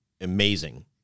amazing